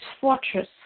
fortress